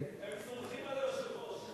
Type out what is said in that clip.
הם סומכים על היושב-ראש.